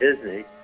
Disney